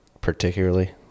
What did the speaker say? particularly